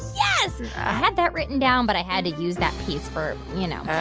yes i had that written down, but i had to use that piece for, you know.